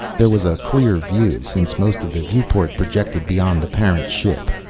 there was a clear view, since most of the viewport projected beyond the parent ship.